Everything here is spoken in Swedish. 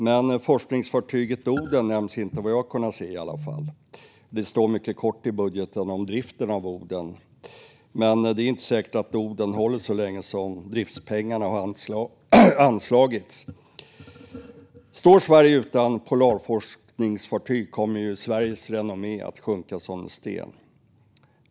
Men forskningsfartyget Oden nämns inte, i alla fall inte vad jag kunnat se. Det står mycket kort i budgeten om driften av Oden, men det är inte säkert att Oden håller så länge som driftspengarna och anslaget räcker. Står Sverige utan polarforskningsfartyg kommer ju Sveriges renommé att sjunka som en sten.